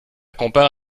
compare